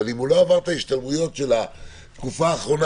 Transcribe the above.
אבל אם הוא לא עבר את ההשתלמויות של התקופה האחרונה,